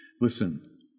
Listen